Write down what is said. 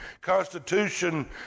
Constitution